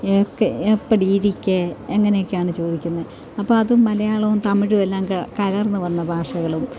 ഒക്കെ എപ്പടി ഇരിക്ക് അങ്ങനേക്ക്യാണ് ചോദിക്കുന്നത് അപ്പോള് അത് മലയാളവും തമിഴുമെല്ലാം കലർന്നുവന്ന ഭാഷകളും